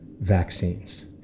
vaccines